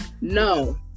No